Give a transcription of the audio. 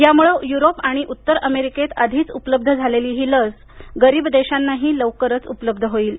यामुळं युरोप आणि उत्तर अमेरिकेत आधीच उपलब्ध झालेली ही लस गरीब देशांनाही लवकरच उपलब्ध होईल